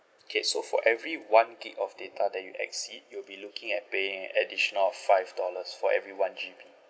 okay so for every one gig of data that you exceed you'll be looking at paying an additional of five dollars for every one G_B